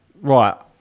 Right